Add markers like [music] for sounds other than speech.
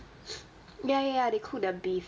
[noise] ya ya ya they cooked the beef